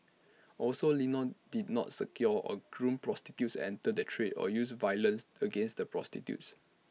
also Lino did not secure or groom prostitutes enter the trade or use violence against the prostitutes